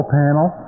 panel